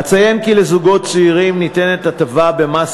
אציין כי לזוגות צעירים ניתנת הטבה במס